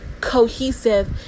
cohesive